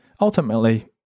ultimately